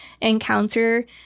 encounter